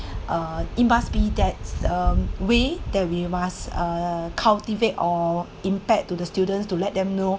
uh it must be that's uh way that we must uh cultivate or impact to the students to let them know